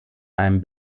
einem